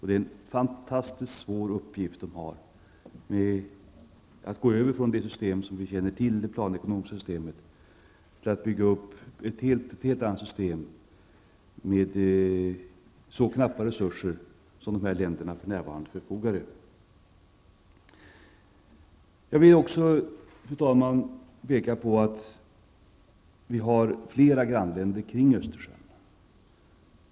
Det är en fantastiskt svår uppgift som de har att gå över från det planekonomiska systemet till att bygga upp ett helt annat system när de för närvarande förfogar över så knappa resurser. Fru talman! Jag vill också peka på att vi har flera grannländer kring Östersjön.